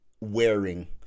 wearing